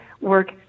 work